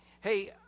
Hey